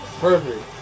Perfect